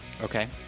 Okay